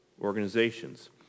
organizations